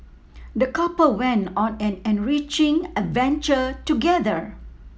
the couple went on an enriching adventure together